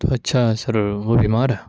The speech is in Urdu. تو اچھا سر وہ بیمار ہے